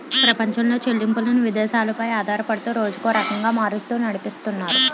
ప్రపంచంలో చెల్లింపులను విదేశాలు పై ఆధారపడుతూ రోజుకో రకంగా మారుస్తూ నడిపితున్నారు